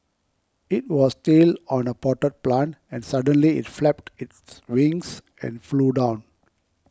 it was still on a potted plant and suddenly it flapped its wings and flew down